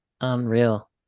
Unreal